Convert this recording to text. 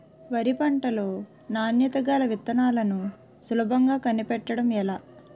వరి పంట లో నాణ్యత గల విత్తనాలను సులభంగా కనిపెట్టడం ఎలా?